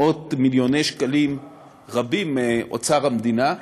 מאות מיליוני שקלים רבים מאוצר המדינה,